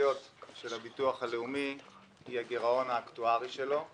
המרכזיות של הביטוח הלאומי היא הגירעון האקטוארי שלו.